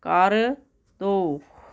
ਕਰ ਦਿਉ